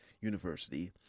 University